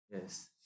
Yes